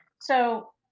So-